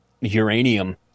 uranium